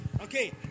Okay